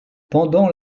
pendant